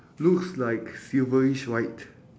looks like silverish white